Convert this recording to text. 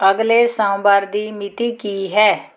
ਅਗਲੇ ਸੋਮਵਾਰ ਦੀ ਮਿਤੀ ਕੀ ਹੈ